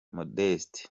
modeste